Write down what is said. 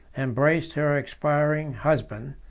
embraced her expiring husband.